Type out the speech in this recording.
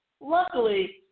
Luckily